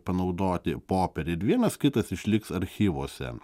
panaudoti popieriai ir vienas kitas išliks archyvuose